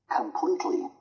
Completely